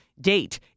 date